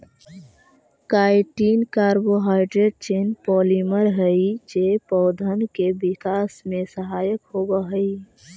chitin carbohydrate chain polymer हई जे पौधन के विकास में सहायक होवऽ हई